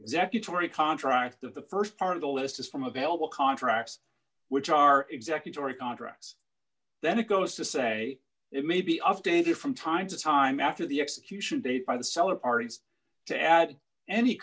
executive or a contract that the st part of the list is from available contracts which are exactly tory contracts then it goes to say it may be updated from time to time after the execution date by the seller parties to add any